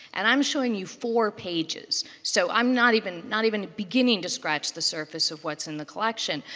and i'm showing you four pages. so i'm not even not even beginning to scratch the surface of what's in the collection.